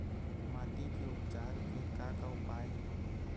माटी के उपचार के का का उपाय हे?